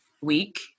week